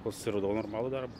kol susiradau normalų darbą